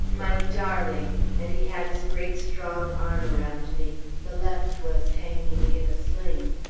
my darling! and he had his great strong arm around me the left was hanging in a sling.